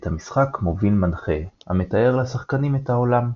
את המשחק מוביל מנחה, המתאר לשחקנים את העולם,